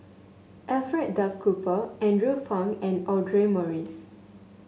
Alfred Duff Cooper Andrew Phang and Audra Morrice